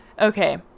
okay